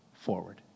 forward